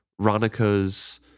Ronica's